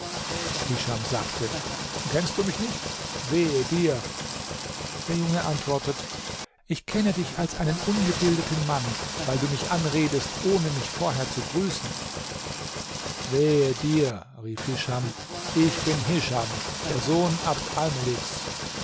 hischam sagte kennst du mich nicht wehe dir der junge antwortet ich kenne dich als einen ungebildeten mann weil du mich anredest ohne mich vorher zu grüßen wehe dir rief hischam ich bin hischam der sohn abd almeliks